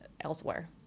elsewhere